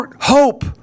Hope